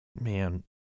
man